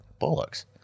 Bollocks